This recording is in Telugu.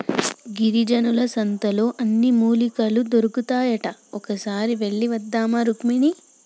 గిరిజనుల సంతలో అన్ని మూలికలు దొరుకుతాయట ఒక్కసారి వెళ్ళివద్దామా రుక్మిణి